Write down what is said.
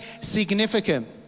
significant